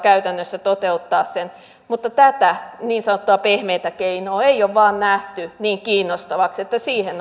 käytännössä toteuttaa sen mutta tätä niin sanottua pehmeätä keinoa ei ole vain nähty niin kiinnostavaksi että siihen